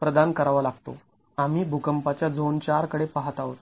प्रदान करावा लागतो आम्ही भुकंपाच्या झोन IV कडे पाहत आहोत